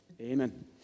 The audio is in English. amen